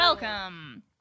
Welcome